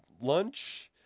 lunch